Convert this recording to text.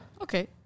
Okay